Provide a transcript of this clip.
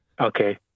Okay